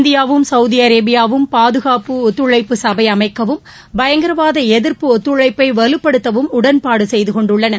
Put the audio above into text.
இந்தியாவும் சகவுதி அரேபியாவும் பாதுகாப்பு ஒத்துழைப்பு சகபை அமைக்கவும் பயங்கரவாத எதிர்ப்பு ஒத்துழைப்பை வலுப்படுத்தவும் உடன்பாடு செய்துக்கொண்டுள்ளன